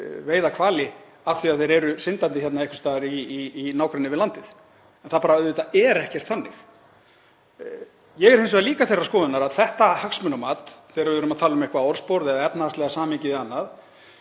veiða hvali af því að þeir eru syndandi hérna einhvers staðar í nágrenni við landið. Það er ekkert þannig. Ég er hins vegar líka þeirrar skoðunar að þetta hagsmunamat, þegar við erum að tala um eitthvert orðspor eða efnahagslega samhengið eða annað